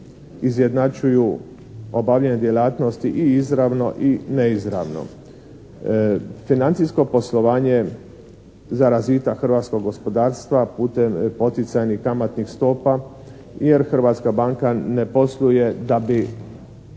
izjednačuju obavljanje djelatnosti i izravno i neizravno. Financijsko poslovanje za razvitak hrvatskog gospodarstva putem poticajnih kamatnih stopa jer hrvatska banka ne posluje da bi